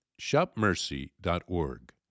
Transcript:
shopmercy.org